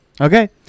Okay